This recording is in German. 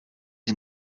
die